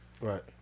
Right